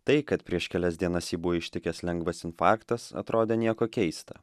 tai kad prieš kelias dienas jį buvo ištikęs lengvas infarktas atrodė nieko keista